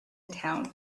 town